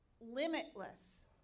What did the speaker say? limitless